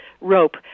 rope